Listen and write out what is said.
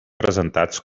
presentats